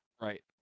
Right